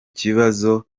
kibazo